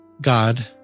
God